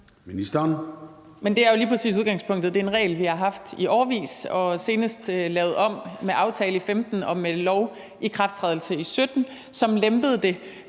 Det er en regel, vi har haft i årevis og senest lavede om med en aftale i 2015 og med lovikrafttrædelse i 2017, som lempede det.